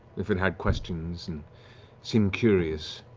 if it had questions and seemed curious.